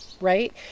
Right